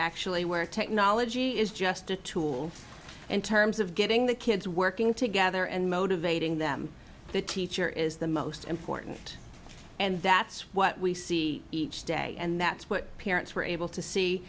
actually where technology is just a tool in terms of getting the kids working together and motivating them the teacher is the most important and that's what we see each day and that's what parents were able to see